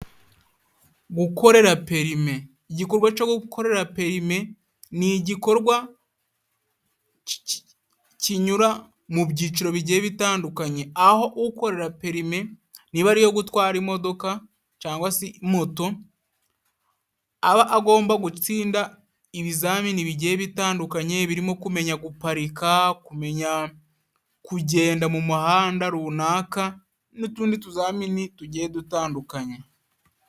Gukorera perme; igikorwa co gukorera perme ni igikorwa kinyura mu byiciro bigiye bitandukanye, aho ukorera permi niba ari iyo gutwara imodoka cangwa si moto, aba agomba gutsinda ibizamini bigiye bitandukanye, birimo kumenya guparika, kumenya kugenda mu muhanda runaka, n'utundi tuzamini tugiye dutandukanye.